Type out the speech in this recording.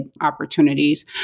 opportunities